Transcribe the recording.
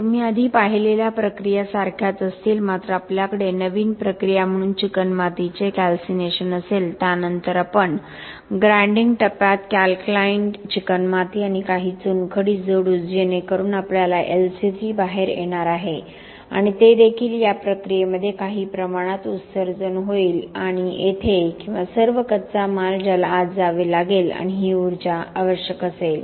तुम्ही आधी पाहिलेल्या प्रक्रिया सारख्याच असतील मात्र आपल्याकडे नवीन प्रक्रिया म्हणून चिकणमातीचे कॅल्सीनेशन असेल त्यानंतर आपण ग्राइंडिंग टप्प्यात कॅलक्लाइंड चिकणमाती आणि काही चुनखडी जोडू जेणेकरून आपल्याला LC3 बाहेर येणार आहे आणि ते देखील या प्रक्रियेमध्ये काही प्रमाणात उत्सर्जन होईल आणि येथे किंवा सर्व कच्चा माल ज्याला आत जावे लागेल आणि ही ऊर्जा आवश्यक असेल